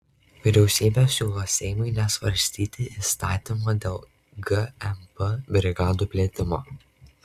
vyriausybė siūlo seimui nesvarstyti įstatymo dėl gmp brigadų plėtimo